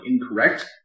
incorrect